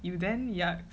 you then yucks